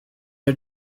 are